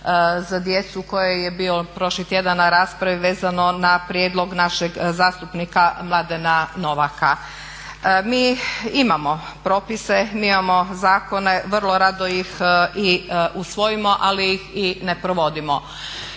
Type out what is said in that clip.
za djecu koje je bilo prošli tjedan na raspravi vezano na prijedlog našeg zastupnika Mladena Novaka. Mi imamo propise, mi imamo zakone, vrlo rado ih i usvojimo ali ih ne provodimo.